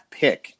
pick